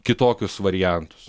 kitokius variantus